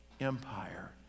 Empire